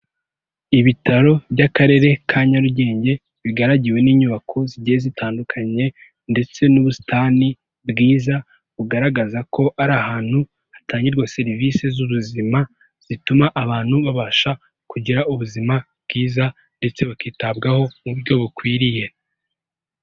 Ibitaro by'akarere ka Nyarugenge bigaragiwe n'inyubako zigiye zitandukanye ndetse n'ubusitani bwiza bugaragaza ko ari ahantu hatangirwa serivisi z'ubuzima zituma abantu babasha kugira ubuzima bwiza ndetse bakitabwaho mu buryo bukwiriye.